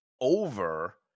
over